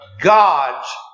God's